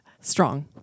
strong